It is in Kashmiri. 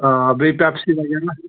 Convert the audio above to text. آ بیٚیہِ پیٚپسی وَغیٚرَہ